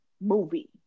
movie